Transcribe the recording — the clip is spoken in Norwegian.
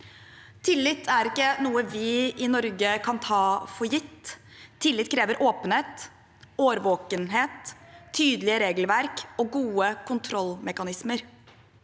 Tillit er ikke noe vi i Norge kan ta for gitt. Tillit krever åpenhet, årvåkenhet, tydelige regelverk og gode kontrollmekanismer.